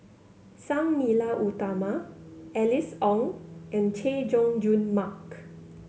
Sang Nila Utama Alice Ong and Chay Jung Jun Mark